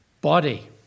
body